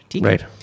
Right